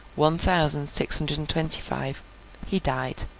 one thousand six hundred and twenty-five, he died.